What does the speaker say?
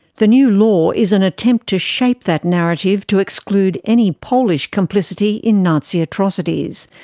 the new law is an attempt to shape that narrative to exclude any polish complicity in nazi atrocities,